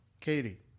Katie